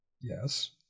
Yes